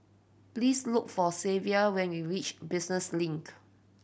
please look for Zavier when you reach Business Link